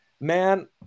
man